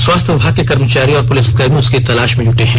स्वास्थ्य विभाग के कर्मचारी और पुलिसकर्मी उसकी तलाश में जुटे है